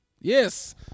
Yes